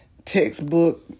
textbook